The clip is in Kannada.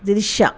ದೃಶ್ಯ